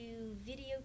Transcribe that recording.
video